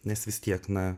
nes vis tiek na